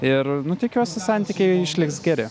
ir nu tikiuosi santykiai išliks geri